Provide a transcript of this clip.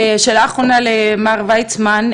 שאלה אחרונה למר ויצמן,